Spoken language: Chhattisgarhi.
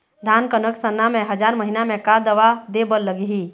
धान कनक सरना मे हजार महीना मे का दवा दे बर लगही?